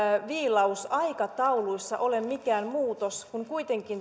viilaus aikatauluissa ole mikään muutos kun kuitenkin